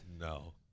No